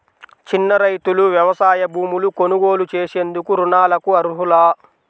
చిన్న రైతులు వ్యవసాయ భూములు కొనుగోలు చేసేందుకు రుణాలకు అర్హులా?